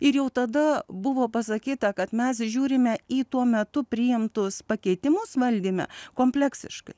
ir jau tada buvo pasakyta kad mes žiūrime į tuo metu priimtus pakeitimus valdyme kompleksiškai